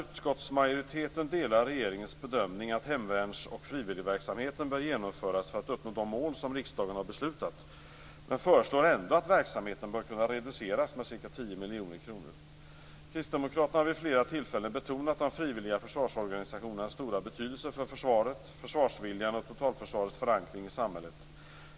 Utskottsmajoriteten delar regeringens bedömning att hemvärns och frivilligverksamheten bör genomföras för att uppnå de mål som riksdagen har beslutat, men föreslår ändå att verksamheten bör kunna reduceras med ca 10 miljoner kronor. Kristdemokraterna har vid flera tillfällen betonat de frivilliga försvarsorganisationernas stora betydelse för försvaret, försvarsviljan och totalförsvarets förankring i samhället.